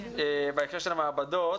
בהקשר של המעבדות.